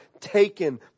taken